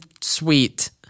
sweet